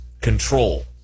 control